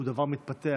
היא דבר מתפתח,